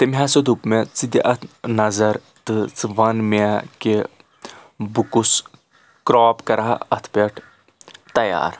تٔمۍ ہَسا دوٚپ مےٚ ژٕ دِ اَتھ نَظر تہٕ ژٕ وَن مےٚ کہِ بٕہ کُس کَرٛاپ کَرٕہا اَتھ پؠٹھ تَیار